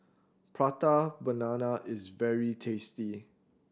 Prata Banana is very tasty